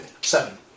Seven